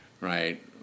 right